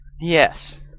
Yes